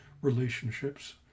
relationships